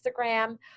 Instagram